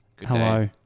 Hello